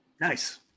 Nice